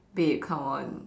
babe come on